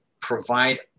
provide